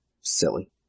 silly